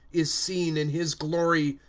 is seen in his glory.